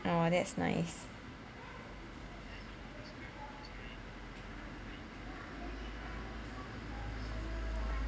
oh that's nice